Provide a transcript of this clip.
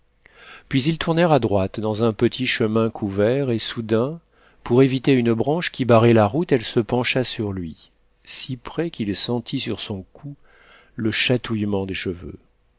puis ils tournèrent à droite dans un petit chemin couvert et soudain pour éviter une branche qui barrait la route elle se pencha sur lui si près qu'il sentit sur son cou le chatouillement des cheveux